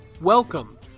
Welcome